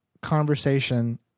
conversation